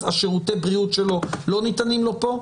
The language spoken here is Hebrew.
אז שירותי הבריאות שלו לא ניתנים לו כאן?